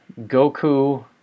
Goku